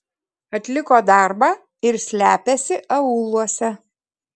atliko darbą ir slepiasi aūluose